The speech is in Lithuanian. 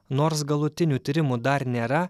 nors galutinių tyrimų dar nėra